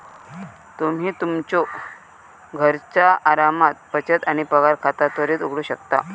तुम्ही तुमच्यो घरचा आरामात बचत आणि पगार खाता त्वरित उघडू शकता